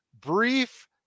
brief